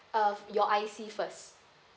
uh your I_C first